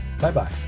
Bye-bye